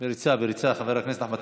בריצה, חבר הכנסת אחמד